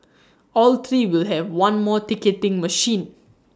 all three will have one more ticketing machine